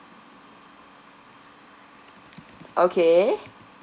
okay